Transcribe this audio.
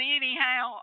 anyhow